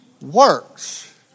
works